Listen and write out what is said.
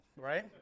right